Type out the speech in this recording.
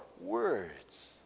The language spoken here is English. words